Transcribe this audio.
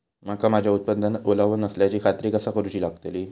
मका माझ्या उत्पादनात ओलावो नसल्याची खात्री कसा करुची लागतली?